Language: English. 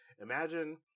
imagine